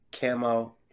camo